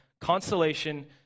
consolation